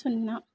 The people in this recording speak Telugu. సున్నా